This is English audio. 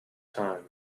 time